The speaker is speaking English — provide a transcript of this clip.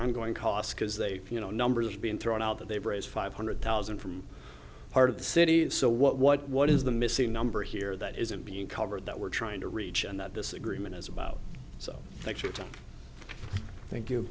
ongoing costs because they few know numbers being thrown out that they raise five hundred thousand from a part of the city that's so what what what is the missing number here that isn't being covered that we're trying to reach and that disagreement is about so thank you